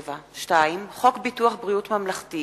הצעת חוק ביטוח בריאות ממלכתי